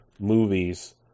movies